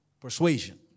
persuasion